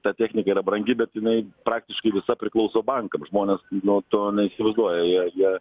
ta technika yra brangi bet jinai praktiškai visa priklauso bankams žmonės nu to neįsivaizduoja jie jie